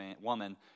woman